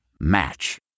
Match